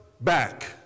back